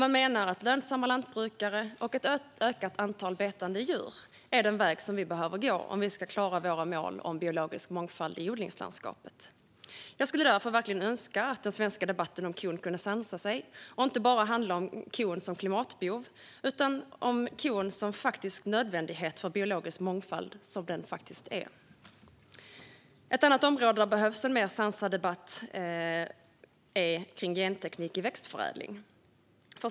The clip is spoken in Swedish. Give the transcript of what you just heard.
Man menar att lönsamma lantbrukare och ett ökat antal betande djur är den väg som vi behöver gå om vi ska klara våra mål om biologisk mångfald i odlingslandskapet. Jag skulle därför verkligen önska att den svenska debatten om kon kunde sansa sig och inte bara handla om kon som en klimatbov utan även om kon som den nödvändighet för biologisk mångfald den faktiskt är. Ett annat område där det behövs en mer sansad debatt är genteknik i växtförädling.